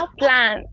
plan